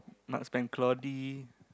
marksman Cloudy